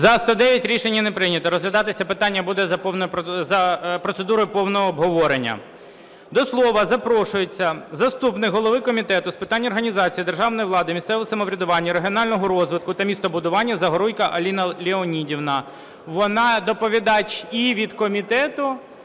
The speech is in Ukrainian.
За-109 Рішення не прийнято. Розглядатися питання буде за процедурою повного обговорення. До слова запрошується заступник голови Комітету з питань організації державної влади, місцевого самоврядування, регіонального розвитку та містобудування Загоруйко Аліна Леонідівна. Вона доповідач і від комітету,